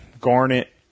Garnet